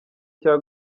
cya